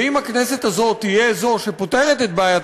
ואם הכנסת הזאת תהיה זו שפותרת את בעיית